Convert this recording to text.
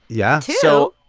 yeah so.